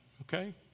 okay